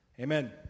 amen